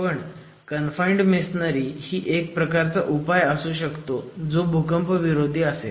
पण confined masonry ही एक प्रकारचा उपाय असू शकतो जो भूकंपविरोधी असेल